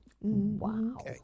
Wow